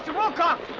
wilcox,